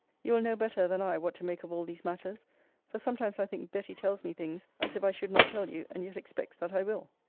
you will know better than i what to make of all these matters for sometimes i think betty tells me things as if i should not tell you, and yet expects that i will.